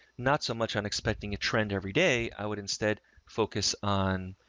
not so much unexpecting a trend every day. i would instead focus on